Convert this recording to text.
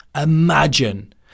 imagine